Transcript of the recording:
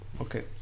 Okay